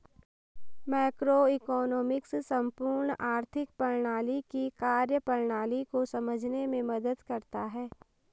macroeconomics संपूर्ण आर्थिक प्रणाली की कार्यप्रणाली को समझने में मदद करता है